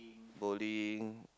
bowling